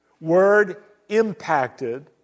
word-impacted